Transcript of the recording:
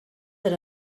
that